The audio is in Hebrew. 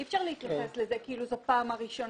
אי אפשר להתייחס לכך כאילו זו הפעם הראשונה